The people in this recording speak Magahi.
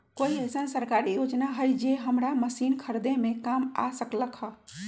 कोइ अईसन सरकारी योजना हई जे हमरा मशीन खरीदे में काम आ सकलक ह?